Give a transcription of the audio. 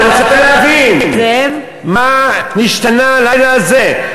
אני רוצה להבין, מה נשתנה הלילה הזה?